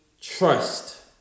trust